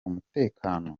umutekano